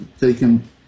taken